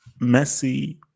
Messi